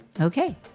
Okay